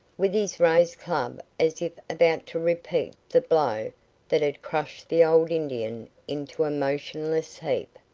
with his raised club, as if about to repeat the blow that had crushed the old indian into a motionless heap.